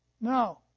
No